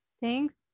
Thanks